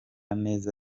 neza